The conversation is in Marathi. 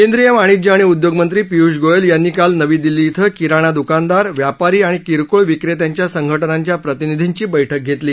केंद्रीय वाणिज्य आणि उद्योग मंत्री पियूष गोयल यांनी काल नवी दिल्ली इथं किराणा द्कानदार व्यापारी आणि किरकोळ विक्रेत्यांच्या संघटनांच्या प्रतिनिधीची बैठक घेतली